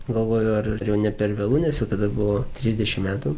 galvoju ar jau ne per vėlu nes jau tada buvo trisdešimt metų